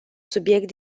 subiect